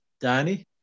Danny